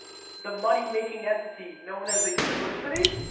the money making entity known as a university,